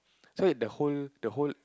so that the whole the whole